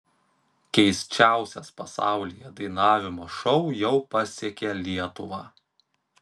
keisčiausias pasaulyje dainavimo šou jau pasiekė lietuvą